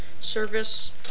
service